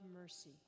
mercy